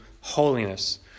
holiness